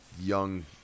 young